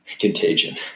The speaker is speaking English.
Contagion